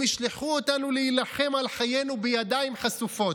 הם ישלחו אותנו להילחם על חיינו בידיים חשופות.